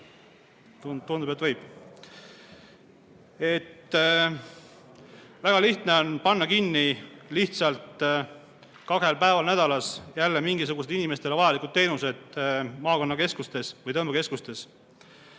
Tundub, et võib. Väga lihtne on lihtsalt kinni panna kahel päeval nädalas jälle mingisugused inimestele vajalikud teenused maakonnakeskustes või tõmbekeskustes.